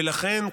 ולכן,